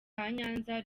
nyanza